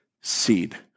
seed